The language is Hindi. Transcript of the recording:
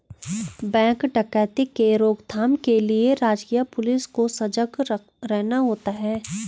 बैंक डकैती के रोक थाम के लिए राजकीय पुलिस को सजग रहना होता है